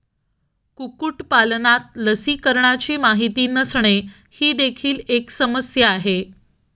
कुक्कुटपालनात लसीकरणाची माहिती नसणे ही देखील एक समस्या आहे